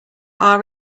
our